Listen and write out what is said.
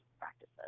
practices